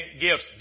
gifts